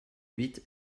huit